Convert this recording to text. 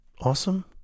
awesome